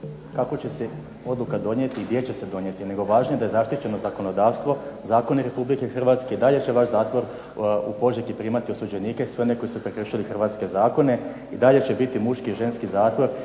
kako će se odluka donijeti i gdje će se donijeti nego je važno da je zaštićeno zakonodavstvo, zakoni Republike Hrvatske i dalje će vaš zakon u Požegi primati osuđenike i sve one koji su prekršili hrvatske zakone. I dalje će biti muški i ženski zatvor,